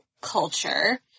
culture